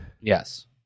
Yes